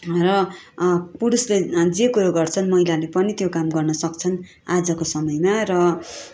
र पुरुषले जे कुरो गर्छन् महिलाले पनि त्यो काम गर्न सक्छन् आजको समयमा र